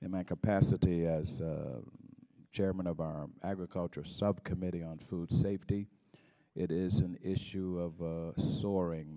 in my capacity as chairman of our agriculture subcommittee on food safety it is an issue of soaring